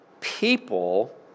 people